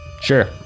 Sure